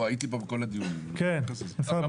בוא, הייתי פה בכל הדיונים, אני רוצה להתייחס לזה.